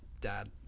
dad